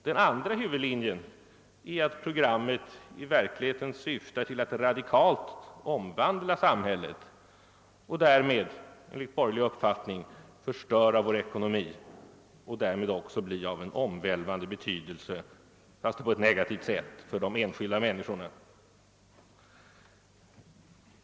Den andra huvudlinjen är att programmet i verkligheten syftar till att radikalt omvandla samhället och därmed, enligt borgerlig uppfattning, förstöra vår ekonomi och därmed också bli av omvälvande betydelse, fastän på ett negativt sätt, för de enskilda människorna.